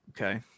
Okay